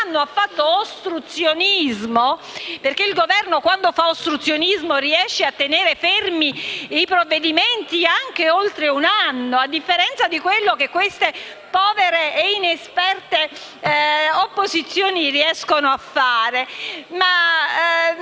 un anno ha fatto ostruzionismo. E quando il Governo fa ostruzionismo riesce a tenere fermi i provvedimenti anche per più di un anno, a differenza di quanto queste povere ed inesperte opposizioni riescono a fare.